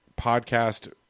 podcast